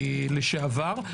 לשעבר,